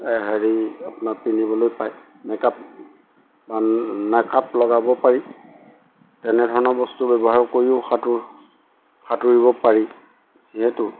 হেৰি আপোনাৰ পিন্ধিবলৈ পায় মেকআপ বা মেকআপ লগাব পাৰি তেনেধৰণৰ বস্তু ব্যৱহাৰ কৰিও সাঁতোৰ সাঁতুৰিব পাৰি যিহেতু